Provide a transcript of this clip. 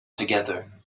together